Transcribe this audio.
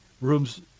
rooms